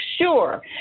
sure